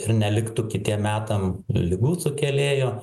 ir neliktų kitiem metam ligų sukėlėjo